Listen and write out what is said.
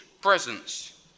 presence